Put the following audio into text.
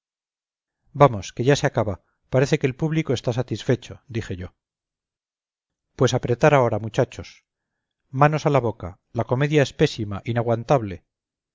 vamos que ya se acaba parece que el público está satisfecho dije yo pues apretar ahora muchachos manos a la boca la comedia es pésima inaguantable